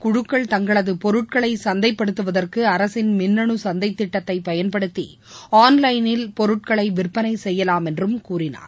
குழுக்கள் தங்களதுபொருட்களைசந்தைப்படுத்துவதற்குஅரசின் சுய உதவிக் மின்னணுசந்தைதிட்டத்தைபயன்படுத்திஆன்லைனில் பொருட்களைவிற்பனைசெய்யலாம் என்றும் கூறினார்